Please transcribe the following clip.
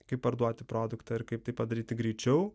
kaip parduoti produktą ir kaip tai padaryti greičiau